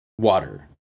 water